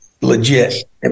legit